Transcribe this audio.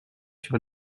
sur